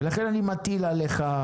ולכן אני מטיל עליך,